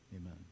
amen